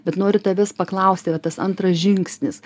bet noriu tavęs paklausti va tas antras žingsnis